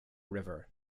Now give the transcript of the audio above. river